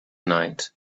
night